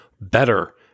better